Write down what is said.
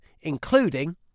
including